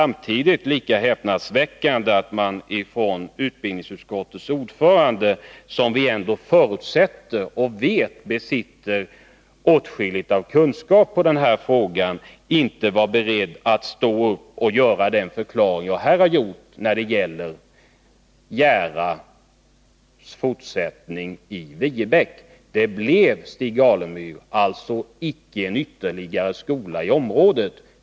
Men det är lika häpnadsväckande att utbildningsutskottets ordförande, som vi ändå vet besitter åtskilligt av kunskap i denna fråga, inte var beredd att stå upp och göra den förklaring som jag här har gjort när det gäller gamla Järas fortsättning i nya Viebäck. Det blev, Stig Alemyr, icke en ytterligare skola i området.